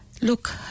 look